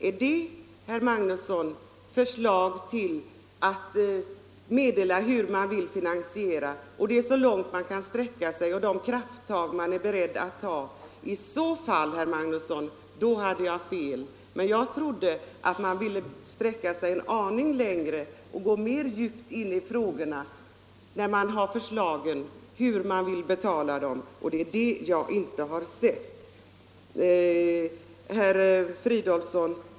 Är det, herr Magnusson, detsamma som att ange hur man vill finansiera en reform och omtala vilka krafttag man är beredd till, i så fall hade jag fel. Men jag trodde att man ville sträcka sig en aning längre och gå djupare in i frågorna om hur man vill betala förslagen. Det är det jag inte har sett några prov på. Herr Fridolfsson!